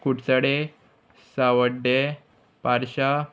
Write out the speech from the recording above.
कुडचडे Sanvordem पारशा